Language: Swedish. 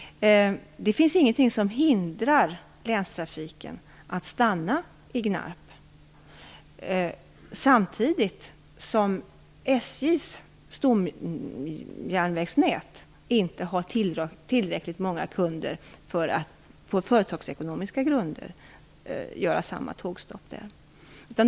Det finns ingenting som hindrar länstrafiken från att stanna i Gnarp, samtidigt som SJ:s stomjärnvägsnät inte har tillräckligt många kunder för att på företagsekonomiska grunder göra ett tågstopp i kommunen.